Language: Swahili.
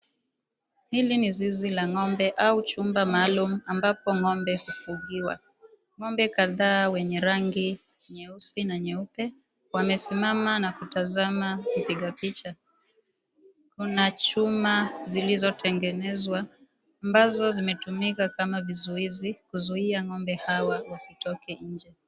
Hili ni zizi la ng'ombe au chumba maalum ambapo ng'ombe hufungiwa. Ng'ombe kadhaa wenye rangi nyeusi na nyeupe wamesimama na kutazama mpiga picha. Kuna chuma zilizo tengenezwa ambazo zimetumika kama vizuizi kuzuia ng'ombe hawa wasitoke nje.